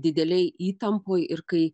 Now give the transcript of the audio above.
didelėj įtampoj ir kai